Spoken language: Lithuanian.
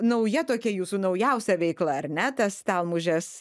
nauja tokia jūsų naujausia veikla ar ne tas stelmužės